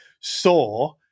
saw